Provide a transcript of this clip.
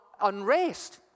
unrest